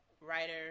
writer